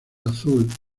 azul